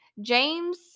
James